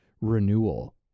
renewal